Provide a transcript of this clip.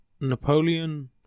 Napoleon